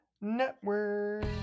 Network